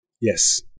Yes